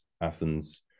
Athens